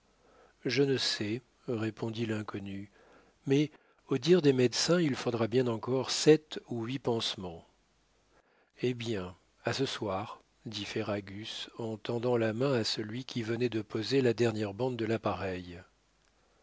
je ne sais répondit l'inconnu mais au dire des médecins il faudra bien encore sept ou huit pansements eh bien à ce soir dit ferragus en tendant la main à celui qui venait de poser la dernière bande de l'appareil